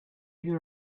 you